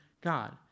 God